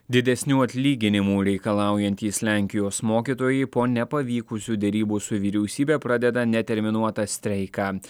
didesnių atlyginimų reikalaujantys lenkijos mokytojai po nepavykusių derybų su vyriausybe pradeda neterminuotą streiką